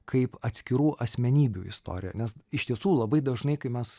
kaip atskirų asmenybių istoriją nes iš tiesų labai dažnai kai mes